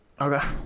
okay